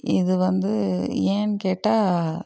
இது வந்து ஏன்னு கேட்டால்